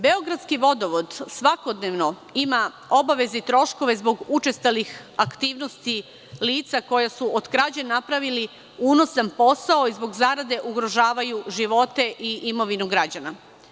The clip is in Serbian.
Beogradski vodovod svakodnevno ima obaveze i troškove zbog učestalih aktivnosti lica koja su od krađe napravili unosan posao i zbog zarade ugrožavaju živote i imovinu građana.